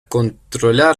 controlar